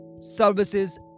Services